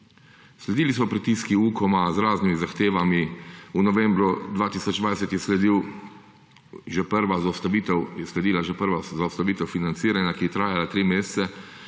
Sledili so pritiski UKOM-a z raznimi zahtevami, v novembru 2020 je sledila že prva zaustavitev financiranja, ki je trajala tri mesece